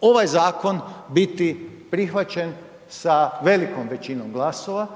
ovaj zakon biti prihvaćen sa velikom većinom glasova,